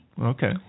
Okay